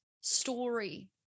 story